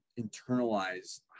internalize